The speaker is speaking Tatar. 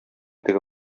теге